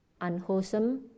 unwholesome